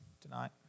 tonight